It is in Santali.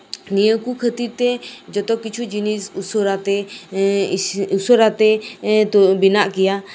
ᱱᱤᱭᱟᱹ ᱠᱚ ᱠᱷᱟᱹᱛᱤᱨ ᱛᱮ ᱡᱚᱛᱚ ᱠᱤᱪᱷᱩ ᱡᱤᱱᱤᱥ ᱩᱥᱟᱹᱨᱟᱛᱮ ᱵᱮᱱᱟᱜ ᱜᱮᱭᱟ